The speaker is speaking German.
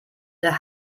der